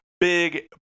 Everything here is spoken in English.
Big